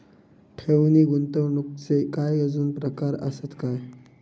ठेव नी गुंतवणूकचे काय आजुन प्रकार आसत काय?